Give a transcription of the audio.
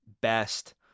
best